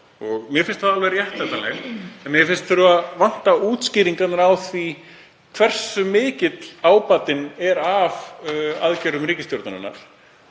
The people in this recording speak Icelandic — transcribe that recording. Mér finnst það alveg réttlætanlegt en mér finnst vanta útskýringarnar á því hversu mikill ábatinn er af aðgerðum ríkisstjórnarinnar